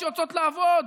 שיוצאות לעבוד,